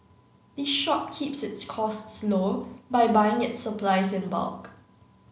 the shop keeps its costs low by buying its supplies in bulk